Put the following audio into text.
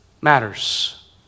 matters